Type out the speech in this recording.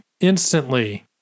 instantly